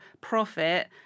profit